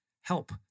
help